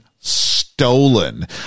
stolen